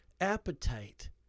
appetite